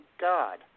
God